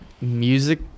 music